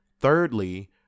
thirdly